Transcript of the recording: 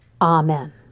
Amen